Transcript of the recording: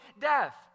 death